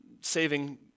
saving